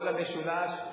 כל המשולש,